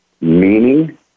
meaning